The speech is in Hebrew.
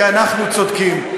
כי אנחנו צודקים.